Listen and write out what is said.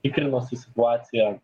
tikrinosi situaciją